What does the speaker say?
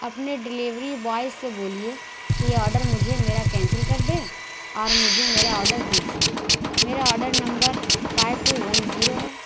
اپنے delivery boy سے بولیے کے آڈر مجھے میرا کینسل کر دے اور مجھے میرا آڈر دیجیے میرا order number five two one zero ہے